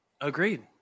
Agreed